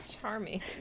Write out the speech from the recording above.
charming